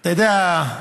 אתה יודע,